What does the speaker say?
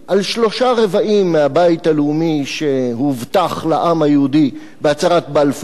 על שלושה-רבעים מהבית הלאומי שהובטח לעם היהודי בהצהרת בלפור,